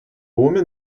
woman